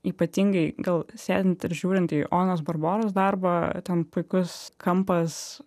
ypatingai gal sėdint ir žiūrint į onos barboros darbą ten puikus kampas